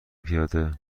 پیاده